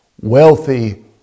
wealthy